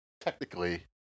technically